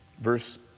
verse